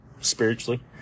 spiritually